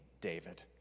David